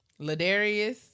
Ladarius